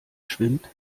schwimmt